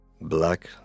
black